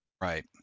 Right